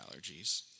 allergies